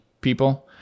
people